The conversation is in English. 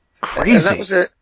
Crazy